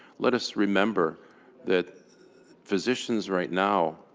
let us remember that physicians, right now,